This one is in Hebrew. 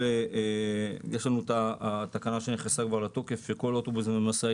יש לנו את התקנה שנכנסה לתוקף שכל אוטובוס ומשאית